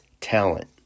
talent